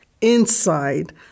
inside